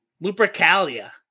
Lupercalia